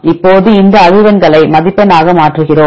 இப்போது இந்த அதிர்வெண்களை மதிப்பெண்ணாக மாற்றுகிறோம்